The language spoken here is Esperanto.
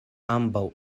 ambaŭ